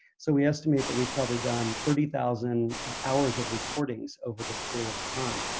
so we estimate that we've probably done thirty thousand hours of recordings over this period of time.